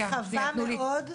זו תופעה רחבה מאוד.